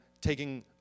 taking